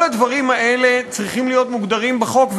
כל הדברים האלה צריכים להיות מוגדרים בחוק,